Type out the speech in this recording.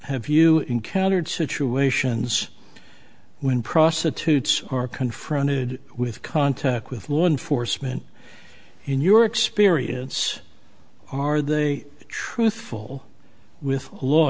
have you encountered situations when prostitutes are confronted with contact with law enforcement in your experience are they truthful with law